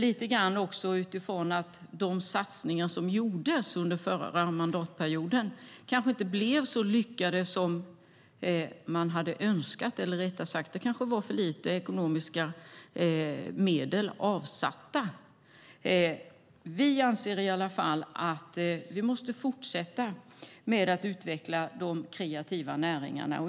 Det känns också lite grann att de satsningar som gjordes under förra mandatperioden kanske inte blev så lyckade som man hade önskat. Rättare sagt kanske det var för lite ekonomiska medel avsatta. Vi anser att vi måste fortsätta utveckla de kreativa näringarna.